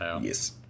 Yes